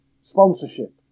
sponsorship